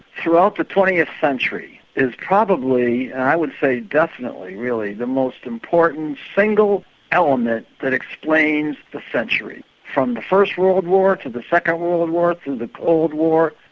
throughout the twentieth century is probably and i would say definitely really the most important single element that explains the century, from the first world war to the second world war to the cold war,